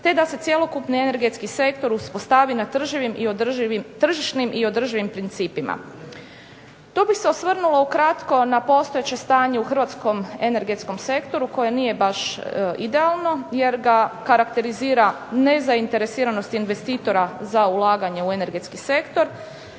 te da se cjelokupni energetski sektor uspostavi na tržišnim i održivim principima. Tu bih se osvrnula ukratko na postojeće stanje u hrvatskom energetskom sektoru koje nije baš idealno, jer ga karakterizira nezainteresiranost investitora za ulaganje u energetski sektor,